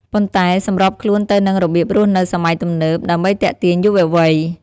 ប៉ុន្តែសម្របខ្លួនទៅនឹងរបៀបរស់នៅសម័យទំនើប ដើម្បីទាក់ទាញយុវវ័យ។